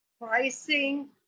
pricing